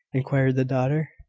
inquired the daughter.